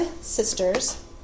sisters